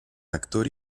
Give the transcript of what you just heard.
actor